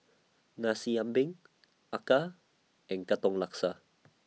Nasi Ambeng Acar and Katong Laksa